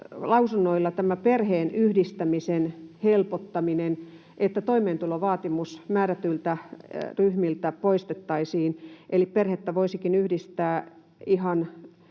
lausunnoilla tämä perheenyhdistämisen helpottaminen, että toimeentulovaatimus määrätyiltä ryhmiltä poistettaisiin, eli perhettä voisikin yhdistää ihan